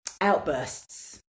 outbursts